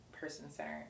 person-centered